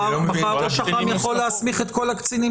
מחר ראש אח"מ יכול להסמיך את כל הקצינים